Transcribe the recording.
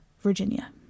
Virginia